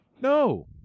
No